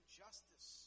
justice